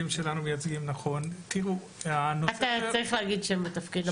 לצאת לחופשה, המפכ"ל קיבל את בקשתו בדבר הזה.